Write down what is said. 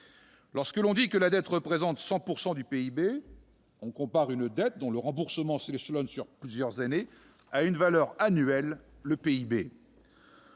Lorsque l'on dit que la dette représente 100 % du PIB, on compare une dette, dont le remboursement s'échelonne sur plusieurs années, à une valeur annuelle, le PIB.